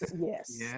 yes